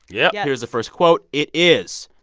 yeah yeah here is the first quote. it is,